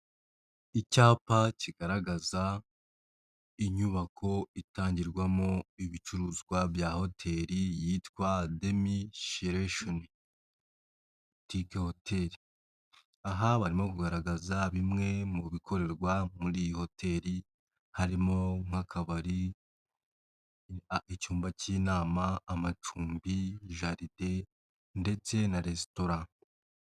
Icyapa kigaragaza inyubako itangirwamo ibicuruzwa bya hotel yitwa Demi shelaton boutique hotel, aha barimo kugaragaza bimwe mu bikorerwa muri iyi hotel harimo nk'akabari, icyumba cy'inama, amacumbi, jaride ndetse na resitora.